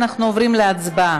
אנחנו עוברים להצבעה,